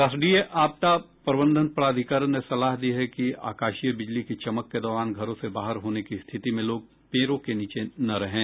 राष्ट्रीय आपदा प्रबंधन प्राधिकरण ने सलाह दी है कि आकाशीय बिजली की चमक के दौरान घरों से बाहर होने की स्थिति में लोग पेड़ों के नीचे न रहें